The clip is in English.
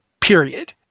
period